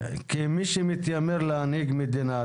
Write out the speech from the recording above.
כמי שמתיימר להנהיג מדינה,